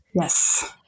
Yes